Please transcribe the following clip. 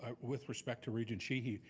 um with respect to regent sheehy,